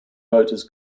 motors